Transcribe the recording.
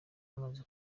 bamaze